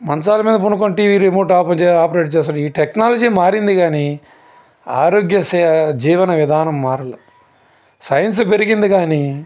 మంచాల మీద పడుకుని TV remote ఆప ఆపరేట్ చేస్తారు ఈ టెక్నాలజీ మారింది కానీ ఆరోగ్య సై జీవన విధానం మారలేదు సైన్స్ పెరిగింది కానీ